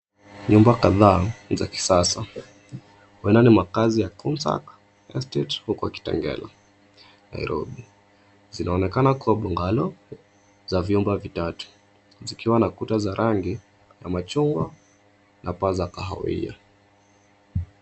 Nyumba kadhaa za ni kisasa, huenda ni makaazi ya Konza Estate huko Kitengela, Nairobi. Zinaonekana kuwa bungalow, za vyumba vitatu, zikiwa na kuta za rangi ya machungwa na paa za kahawia.